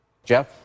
Jeff